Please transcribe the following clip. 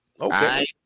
Okay